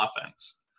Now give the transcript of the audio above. offense